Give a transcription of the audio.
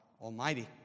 Almighty